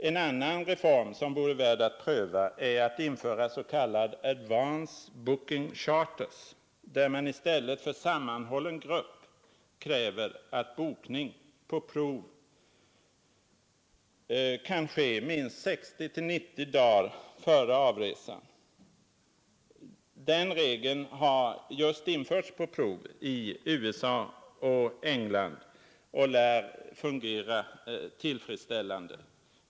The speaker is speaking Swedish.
En annan reform som vore värd att pröva är att införa s.k. advance booking charters, där man i stället för sammanhållen grupp kräver att bokning skall ske minst 60—90 dagar före avresan. Den regeln har just införts på prov i USA och England och lär fungera tillfredsställande.